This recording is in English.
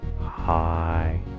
Hi